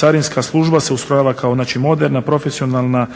carinska služba se ustrojava kao moderna, profesionalna